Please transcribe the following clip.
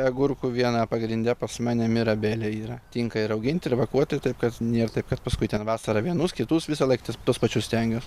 agurkų viena pagrindine pas mane mirabelė yra tinka ir auginti ir vakuoti taip kad nėr taip kad paskui ten vasarą vienus kitus visąlaik tas tuos pačius stengiuosi